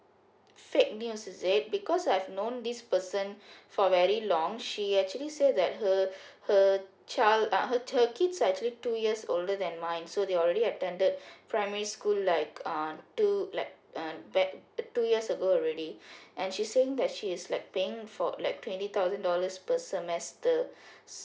fake news is it because I've known this person for very long she actually say that her her child uh her her kids are actually two years older than mine so they already attended primary school like uh two like like uh back two years ago already and she saying that she is like paying for like twenty thousand dollars per semester